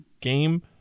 game